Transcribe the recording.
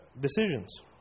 decisions